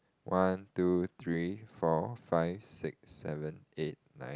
one two three four five six seven eight nine